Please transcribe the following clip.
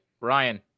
Ryan